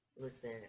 listen